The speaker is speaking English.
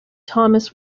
thomas